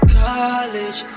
college